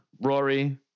Rory